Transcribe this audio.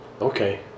Okay